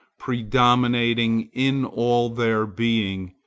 predominating in all their being.